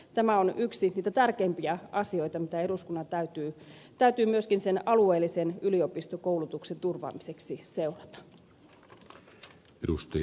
tämä on yksi niitä tärkeimpiä asioita mitä eduskunnan täytyy myöskin sen alueellisen yliopistokoulutuksen turvaamiseksi seurata